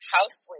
House